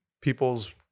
people's